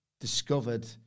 discovered